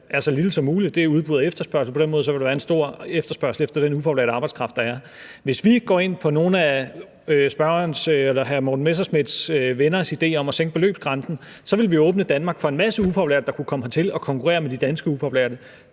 er så lille som muligt – det er udbud og efterspørgsel – og på den måde vil der være en stor efterspørgsel efter den ufaglærte arbejdskraft, der er. Hvis vi gik ind for nogle af hr. Morten Messerschmidts venners idé om at sænke beløbsgrænsen, ville vi åbne Danmark for en masse ufaglærte, der kunne komme hertil og konkurrere med de danske ufaglærte.